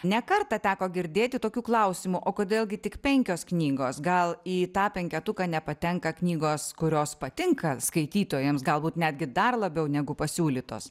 ne kartą teko girdėti tokių klausimų o kodėl gi tik penkios knygos gal į tą penketuką nepatenka knygos kurios patinka skaitytojams galbūt netgi dar labiau negu pasiūlytos